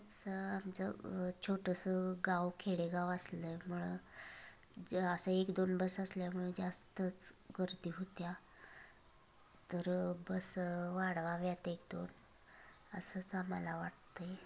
असं आमचं छोटंसं गाव खेडेगाव असल्यामुळं जे असं एक दोन बस असल्यामुळं जास्तच गर्दी होते आहे तर बस वाढवाव्या एक दोन असंच आम्हाला वाटतं आहे